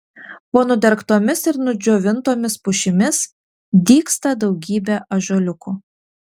po nudergtomis ir nudžiovintomis pušimis dygsta daugybė ąžuoliukų